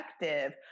effective